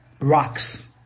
rocks